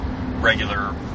regular